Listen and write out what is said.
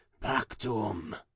Pactum